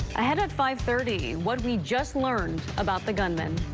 ahead at five thirty, what we just learned about the gunman.